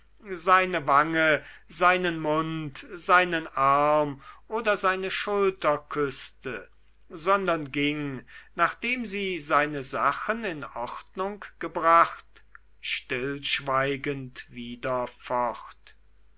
seine wange seinen mund seinen arm oder seine schulter küßte sondern ging nachdem sie seine sachen in ordnung gebracht stillschweigend wieder fort